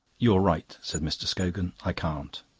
you're right, said mr. scogan. i can't.